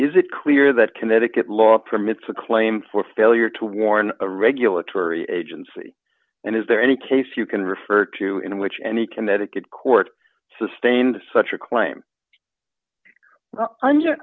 is it clear that connecticut law permits a claim for failure to warn a regulatory agency and is there any case you can refer to in which any connecticut court sustained such a claim